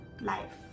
life